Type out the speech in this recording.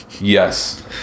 Yes